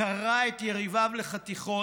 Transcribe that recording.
קרע את יריביו לחתיכות,